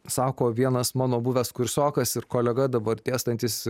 sako vienas mano buvęs kursiokas ir kolega dabar dėstantis